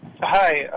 Hi